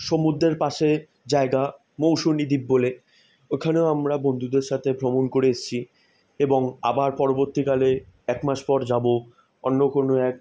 সমুদ্রের পাশে জায়গা মৌসুনী দ্বীপ বলে ওখানেও আমরা বন্ধুদের সাথে ভ্রমণ করে এসেছি এবং আবার পরবর্তীকালে এক মাস পর যাব অন্য কোনো এক